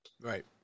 Right